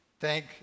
Thank